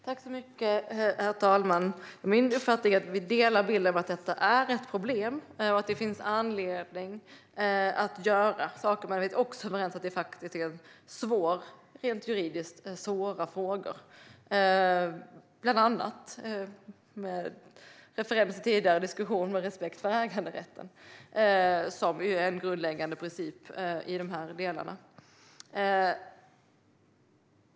Herr talman! Min bild är att vi delar uppfattningen att detta är ett problem och att det finns anledning att göra saker men att vi också är överens om att det är svåra frågor rent juridiskt. Detta bland annat med referens till tidigare diskussioner om respekt för äganderätten, som ju är en grundläggande princip i dessa delar.